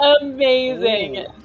Amazing